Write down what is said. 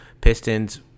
Pistons